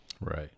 Right